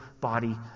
body